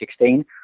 2016